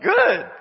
Good